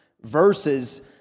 verses